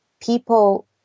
people—